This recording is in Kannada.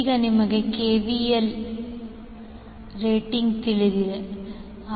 ಈಗ ನಮಗೆ ಕೆವಿಎ ರೇಟಿಂಗ್ ತಿಳಿದಿದೆ